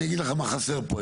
אני אגיד לך מה חסר פה,